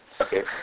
Okay